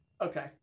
Okay